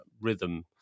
rhythm